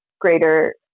greater